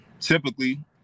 typically